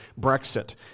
Brexit